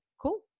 cool